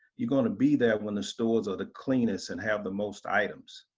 you gonna be there when the stores are the cleanest and have the most items.